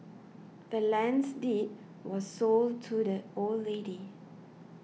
the land's deed was sold to the old lady